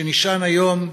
שנשען היום,